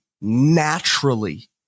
naturally